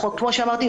כמו שאמרתי,